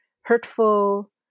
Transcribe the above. hurtful